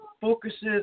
focuses